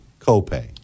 copay